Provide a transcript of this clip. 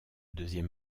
deuxième